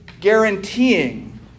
guaranteeing